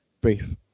brief